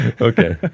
Okay